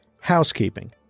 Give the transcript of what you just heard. Housekeeping